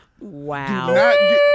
Wow